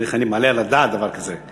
איך אני מעלה על הדעת דבר כזה?